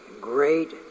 great